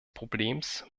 problems